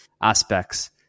aspects